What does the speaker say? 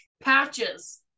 patches